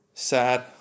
sad